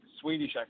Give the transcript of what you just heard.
Swedish